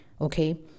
Okay